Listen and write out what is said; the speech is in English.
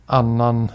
annan